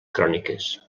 cròniques